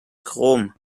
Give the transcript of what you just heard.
chrom